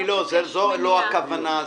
זו לא הכוונה.